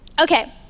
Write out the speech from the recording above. Okay